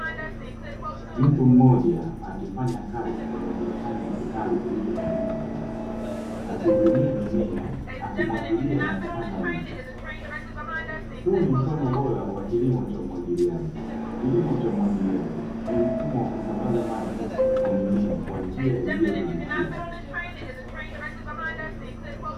Mtu mmoja akifanya kazi kwenye bustani ya kitalu kilichozungukwa na miti, akihudumia mimea akimwagilia na kupanda miche huu ni mfano bora wa kilimo cha umwagiliaji; kilimo cha umwagiliaji ni mfumo wa kusambaza maji kwa mimea kwa njia iliyodhibitiwa.